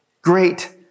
great